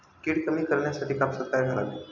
कीड कमी करण्यासाठी कापसात काय घालावे?